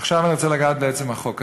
עכשיו אני רוצה לגעת בעצם החוק עצמו.